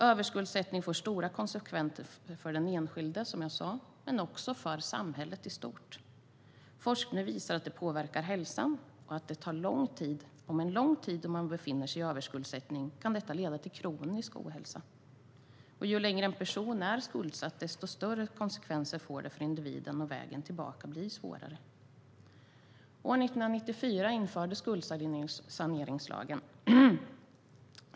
Överskuldsättning får stora konsekvenser för den enskilde, som jag sa, men också för samhället i stort. Forskning visar att det påverkar hälsan, och om man befinner sig i överskuldsättning under lång tid kan det leda till kronisk ohälsa. Ju längre tid en person är skuldsatt, desto större konsekvenser får det för individen, och vägen tillbaka blir svårare. År 1994 infördes skuldsaneringslagen.